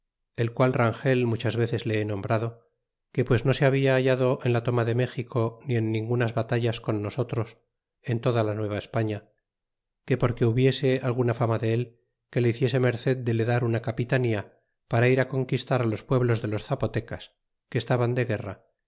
rogó un rodrigo rangel fi cortés el qual rangel muchas veces le he nombrado que pues no se habla hallado en la toma de méxico ni en ningunas batallas con nosotros en toda la nueva españa que porque hubiese alguna fama dél que le hiciese merced de le dar una capitanía para ir fi conquistar fi los pueblos de los zapotecas que estaban de guerra